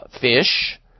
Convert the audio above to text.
fish